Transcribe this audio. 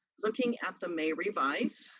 looking at the may revise,